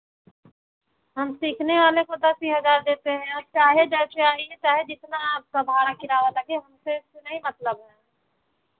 हम सीखने वाले को दस ही हज़ार देते हैं आप चाहे जैसे आइए चाहे जितना आपका भाड़ा किराया लगे हमसे उससे नहीं मतलब है